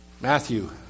Matthew